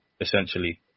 essentially